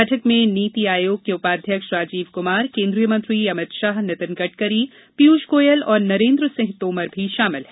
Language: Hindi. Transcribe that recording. बैठक में नीति आयोग के उपाध्यक्ष राजीव कुमार केन्द्रीय मंत्री अमित शाह नितिन गड़करी पीयूष गोयल और नरेन्द्र सिंह तोमर भी शामिल हैं